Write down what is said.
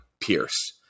Pierce